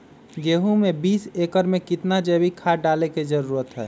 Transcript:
गेंहू में बीस एकर में कितना जैविक खाद डाले के जरूरत है?